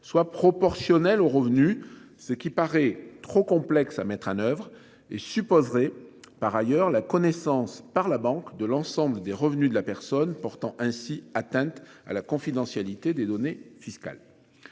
soit proportionnelle au revenu ce qui paraît trop complexe à mettre en oeuvre et supposerait par ailleurs la connaissance par la banque de l'ensemble des revenus de la personne portant ainsi atteinte à la confidentialité des données fiscales.